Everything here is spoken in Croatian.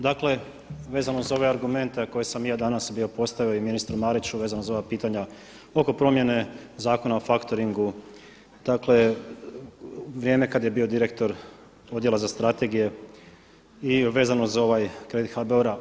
Dakle vezano uz ove argumente koje sam i ja danas bio postavio i ministru Mariću vezano za ova pitanja oko promjene Zakona o faktoringu, dakle vrijeme kada je bio direktor Odjela za strategije i vezano za ovaj kredit HBOR-a.